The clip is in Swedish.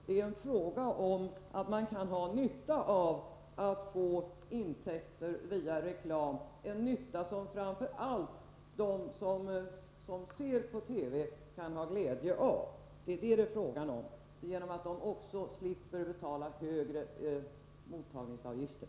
Det är fråga om att man kan ha nytta av att få intäkter via reklam, vilket framför allt de som ser på TV kan ha glädje av, också genom att de slipper betala högre mottagaravgifter.